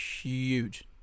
huge